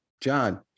john